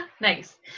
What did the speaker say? Nice